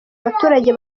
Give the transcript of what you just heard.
abaturage